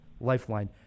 lifeline